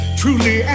truly